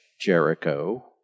Jericho